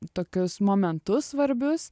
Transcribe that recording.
tokius momentus svarbius